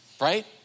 right